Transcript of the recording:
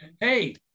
Hey